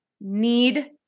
need